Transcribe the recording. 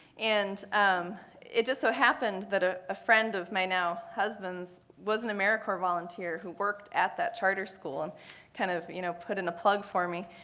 and um it just so happened that ah a friend of my now husband was an americorps volunteer who worked at that charter school and kind of, you know, put in a plug for me.